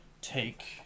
take